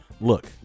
look